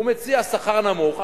הוא מציע שכר נמוך,